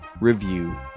review